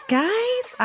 guys